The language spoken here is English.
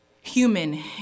human